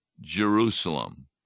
Jerusalem